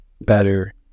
better